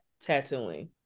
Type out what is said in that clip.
tattooing